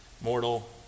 Mortal